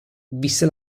visse